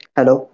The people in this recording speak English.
Hello